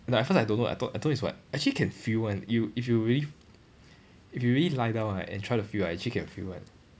but at first I don't know I thought I thought is what actually can feel [one] you if you really if you really lie down right and try to feel right actually can feel [one]